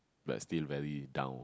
but still very down